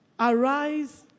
Arise